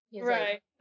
right